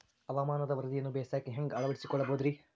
ಹವಾಮಾನದ ವರದಿಯನ್ನ ಬೇಸಾಯಕ್ಕ ಹ್ಯಾಂಗ ಅಳವಡಿಸಿಕೊಳ್ಳಬಹುದು ರೇ?